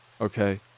okay